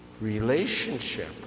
relationship